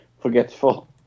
forgetful